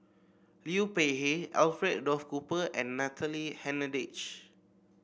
Liu Peihe Alfred Duff Cooper and Natalie Hennedige